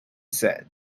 said